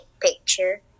picture